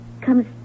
comes